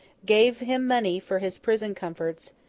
gave him money for his prison comforts,